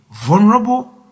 Vulnerable